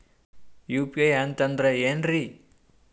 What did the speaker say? UPI ಅಂತಂದ್ರೆ ಏನ್ರೀ?